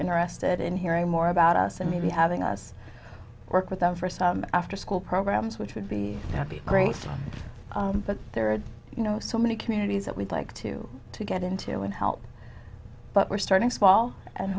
interested in hearing more about us and maybe having us work with them for some after school programs which would be great but there are you know so many communities that we'd like to to get into and help but we're starting small and